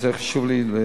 חשוב לי.